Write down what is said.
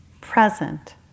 present